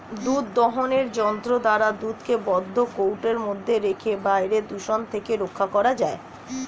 দুধ দোহনের যন্ত্র দ্বারা দুধকে বন্ধ কৌটোর মধ্যে রেখে বাইরের দূষণ থেকে রক্ষা করা যায়